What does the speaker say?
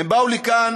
הם באו לכאן